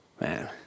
Man